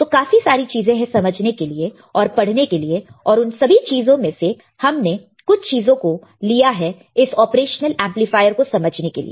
तो काफी सारी चीजें है समझने के लिए और पढ़ने के लिए और उन सब चीजों में से हमने कुछ चीजों को लिया है इस ऑपरेशनल एमप्लीफायर को समझने के लिए